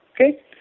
Okay